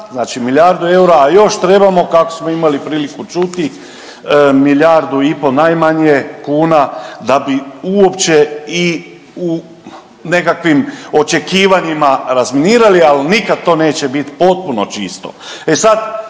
znači milijardu eura, a još trebamo kako smo imali priliku čuti milijardu i po najmanje kuna da bi uopće i u nekakvim očekivanjima razminirali, ali nikad to neće bit potpuno čisto.